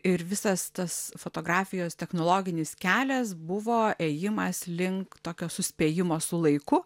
ir visas tas fotografijos technologinis kelias buvo ėjimas link tokio suspėjimo su laiku